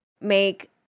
make